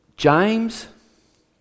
James